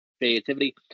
creativity